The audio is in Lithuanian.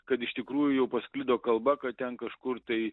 kad iš tikrųjų jau pasklido kalba kad ten kažkur tai